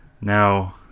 Now